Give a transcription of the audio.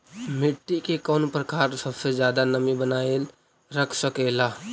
मिट्टी के कौन प्रकार सबसे जादा नमी बनाएल रख सकेला?